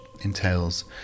entails